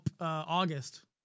August